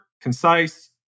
concise